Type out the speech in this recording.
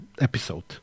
episode